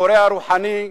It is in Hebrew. המורה הרוחני,